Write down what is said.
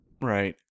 Right